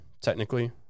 technically